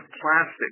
plastic